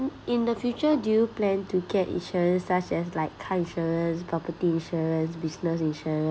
in the future do you plan to get insurance such as like car insurance property insurance business insurance